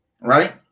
Right